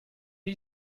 you